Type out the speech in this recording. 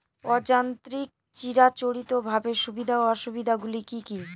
অযান্ত্রিক চিরাচরিতভাবে সুবিধা ও অসুবিধা গুলি কি কি?